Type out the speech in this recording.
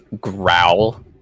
growl